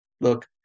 look